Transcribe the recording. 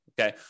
Okay